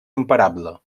imparable